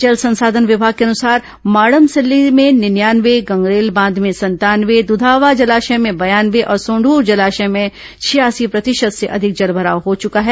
जल संसाधन विमाग के अनुसार माडमसिल्ली में निन्यानवे गंगरेल बांध में संतानवे दुधावा जलाशय में बयानवे और सोंदूर जलाशय में छियाँसी प्रतिशत से अधिक जलभराव हो चुका है